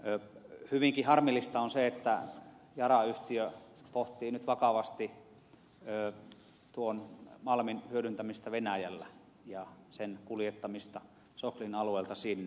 hyvinkin harmillista on se että yara yhtiö pohtii nyt vakavasti tuon malmin hyödyntämistä venäjällä ja sen kuljettamista soklin alueelta sinne